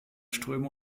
ströme